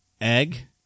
egg